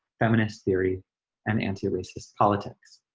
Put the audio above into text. feminist theory and anti-racist politics.